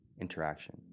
interaction